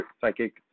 psychic